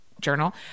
journal